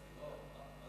שלא